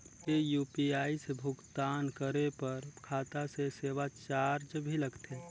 ये यू.पी.आई से भुगतान करे पर खाता से सेवा चार्ज भी लगथे?